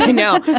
no,